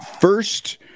first